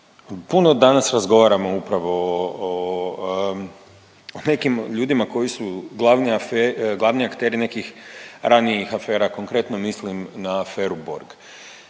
Puno danas razgovaramo upravo o nekim ljudima koji su glavni akteri ranijih afera, konkretno mislim na aferu Borg.